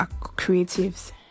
creatives